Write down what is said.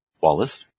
Wallace